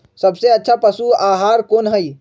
सबसे अच्छा पशु आहार कोन हई?